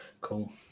Cool